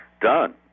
done